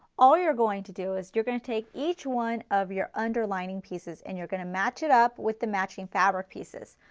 all you're going to do is you're going to take each one of your underlying pieces and you're going to match it up with the matching fabric pieces.